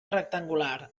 rectangular